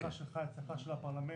הצלחה שלך היא ההצלחה של הפרלמנט,